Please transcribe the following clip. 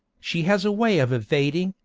she has a way of evading,